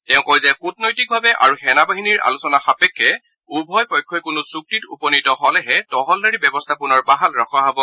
তেওঁ কয় যে কূটনৈতিকভাৱে আৰু সেনাবাহিনীৰ আলোচনা সাপেক্ষে উভয় পক্ষই কোনো চুক্তিত উপনীত হলেহে তহলদাৰী ব্যৱস্থা পুনৰ বাহাল ৰখা হব